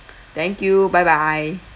thank you bye bye